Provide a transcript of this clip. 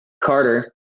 Carter